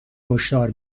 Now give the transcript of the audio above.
هشدار